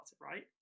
right